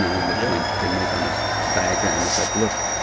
one of the points they make on this diagram is, like look,